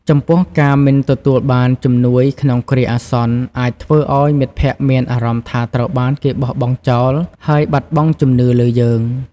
ចំពោះ ការមិនទទួលបានជំនួយក្នុងគ្រាអាសន្ន អាចធ្វើឲ្យមិត្តភក្តិមានអារម្មណ៍ថាត្រូវបានគេបោះបង់ចោល ហើយបាត់បង់ជំនឿលើយើង។